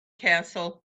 castle